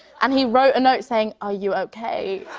and he wrote a note saying, are you okay?